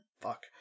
fuck